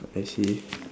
I see